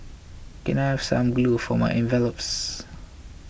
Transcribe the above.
can I have some glue for my envelopes